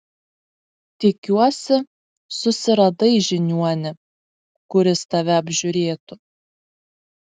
tikiuosi susiradai žiniuonį kuris tave apžiūrėtų